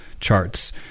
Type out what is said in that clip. charts